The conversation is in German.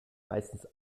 meistens